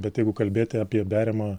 bet jeigu kalbėti apie beriamą